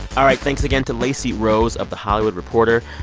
all right. thanks again to lacey rose of the hollywood reporter.